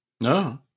No